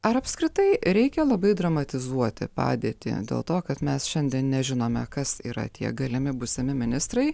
ar apskritai reikia labai dramatizuoti padėtį dėl to kad mes šiandien nežinome kas yra tie galimi būsimi ministrai